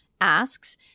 asks